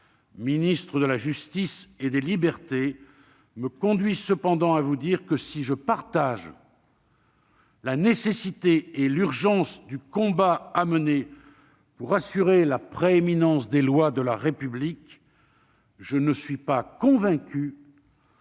ministre de la justice et des libertés, me conduisent cependant à vous dire que, si je partage la nécessité et l'urgence du combat à mener pour assurer la prééminence des lois de la République, je ne suis pas convaincu